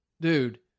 dude